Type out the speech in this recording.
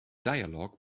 dialog